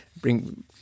Bring